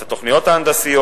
את התוכניות ההנדסיות.